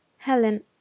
Helen